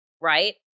right